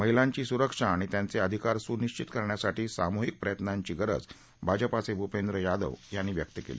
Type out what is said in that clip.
महिलांची सुरक्षा आणि त्यांच अधिकार सुनिश्चित करण्यासाठी सामुहिक प्रयत्नांची गरज भाजपाचभुंपेंद्र यावद यांनी व्यक्त कल्ली